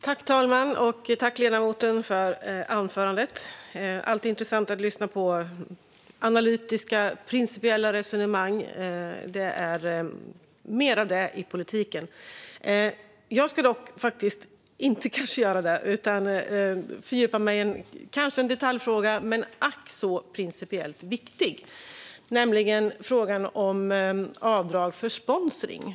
Fru talman! Jag tackar för anförandet. Det är alltid intressant att lyssna på analytiska och principiella resonemang. Det behövs mer av det i politiken. Jag ska kanske inte ägna mig åt det utan fördjupa mig i något som kanske är en detaljfråga, men ack så principiellt viktig, nämligen frågan om avdrag för sponsring.